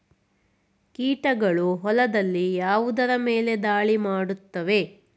ಕೀಟಗಳು ಹೊಲದಲ್ಲಿ ಯಾವುದರ ಮೇಲೆ ಧಾಳಿ ಮಾಡುತ್ತವೆ?